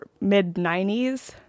mid-90s